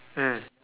mm